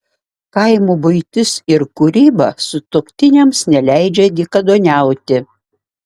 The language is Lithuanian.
kaimo buitis ir kūryba sutuoktiniams neleidžia dykaduoniauti